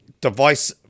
device